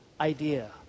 idea